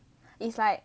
it's like